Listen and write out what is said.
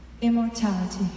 Immortality